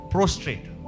Prostrate